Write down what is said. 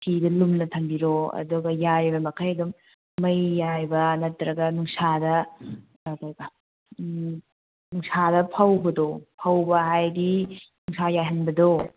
ꯐꯤꯗꯨ ꯂꯨꯝꯅ ꯊꯝꯕꯤꯔꯣ ꯑꯗꯨꯒ ꯌꯥꯔꯤꯕ ꯃꯈꯩ ꯑꯗꯨꯝ ꯃꯩ ꯌꯥꯏꯕ ꯅꯠꯇ꯭ꯔꯒ ꯅꯨꯡꯁꯥꯗ ꯅꯨꯡꯁꯥꯗ ꯐꯧꯕꯗꯣ ꯐꯧꯕ ꯍꯥꯏꯗꯤ ꯅꯨꯡꯁꯥ ꯌꯥꯏꯍꯟꯕꯗꯣ